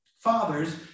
Fathers